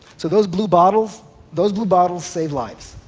so those blue bottles those blue bottles save lives,